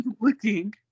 looking